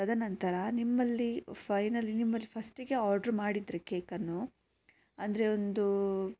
ತದನಂತರ ನಿಮ್ಮಲ್ಲಿ ಫೈನಲಿ ನಿಮ್ಮಲ್ಲಿ ಫಸ್ಟಿಗೆ ಆಡ್ರ್ ಮಾಡಿದರೆ ಕೇಕನ್ನು ಅಂದರೆ ಒಂದು